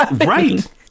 Right